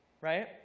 right